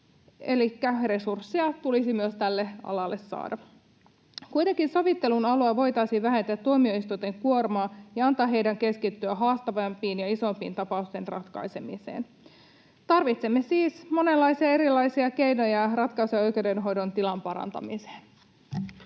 elikkä resursseja tulisi saada myös tälle alalle. Kuitenkin sovittelun avulla voitaisiin vähentää tuomioistuinten kuormaa ja antaa heidän keskittyä haastavampien ja isom-pien tapausten ratkaisemiseen. Tarvitsemme siis monenlaisia erilaisia keinoja ja ratkaisuja oikeudenhoidon tilan parantamiseen.